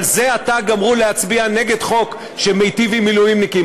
אבל זה עתה גמרו להצביע נגד חוק שמיטיב עם מילואימניקים,